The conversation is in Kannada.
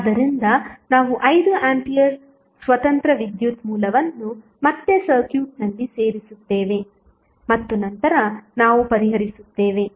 ಆದ್ದರಿಂದ ನಾವು 5 ಆಂಪಿಯರ್ ಸ್ವತಂತ್ರ ವಿದ್ಯುತ್ ಮೂಲವನ್ನು ಮತ್ತೆ ಸರ್ಕ್ಯೂಟ್ನಲ್ಲಿ ಸೇರಿಸುತ್ತೇವೆ ಮತ್ತು ನಂತರ ನಾವು ಪರಿಹರಿಸುತ್ತೇವೆ